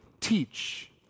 teach